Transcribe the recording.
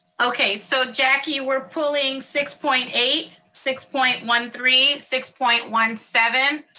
okay so jackie, we're pulling six point eight, six point one three, six point one seven,